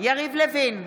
יריב לוין,